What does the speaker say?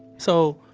so,